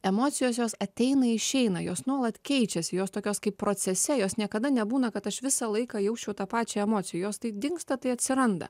emocijos jos ateina išeina jos nuolat keičiasi jos tokios kaip procese jos niekada nebūna kad aš visą laiką jausčiau tą pačią emocijos tai dingsta tai atsiranda